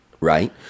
Right